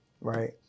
Right